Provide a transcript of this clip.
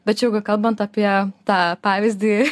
bet čia jeigu kalbant apie tą pavyzdį